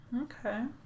Okay